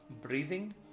breathing